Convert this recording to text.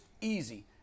easy